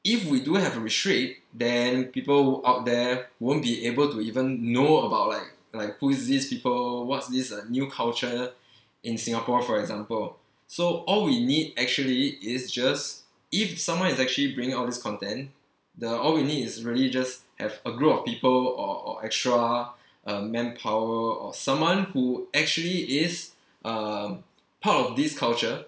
if we do have to restrict then people out there won't be able to even know about like like who is this people what's this uh new culture in singapore for example so all we need actually is just if someone is actually bringing all these content the all we need is really just have a group of people or or extra uh manpower or someone who actually is uh part of this culture